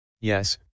Yes